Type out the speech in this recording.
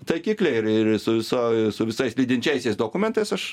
taikikliai ir ir su su o visais lydinčiaisiais dokumentais aš